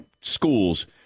schools